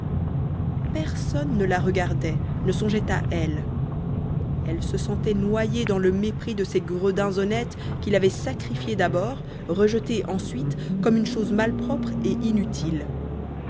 personne ne la regardait ne songeait à elle elle se sentait noyée dans le mépris de ces gredins honnêtes qui l'avaient sacrifiée d'abord rejetée ensuite comme une chose malpropre et inutile